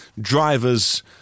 drivers